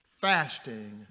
fasting